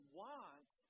want